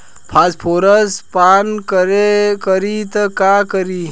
Phosphorus पान करी त का करी?